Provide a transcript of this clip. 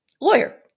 lawyer